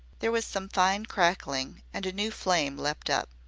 there was some fine crackling and a new flame leaped up.